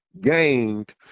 gained